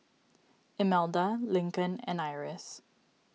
Imelda Lincoln and Iris